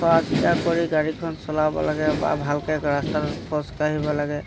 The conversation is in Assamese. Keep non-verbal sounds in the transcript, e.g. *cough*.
*unintelligible* কৰি গাড়ীখন চলাব লাগে বা ভালকৈ ৰাস্তাত কোজকাঢ়িব লাগে